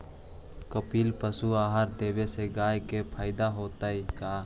कपिला पशु आहार देवे से गाय के फायदा होतै का?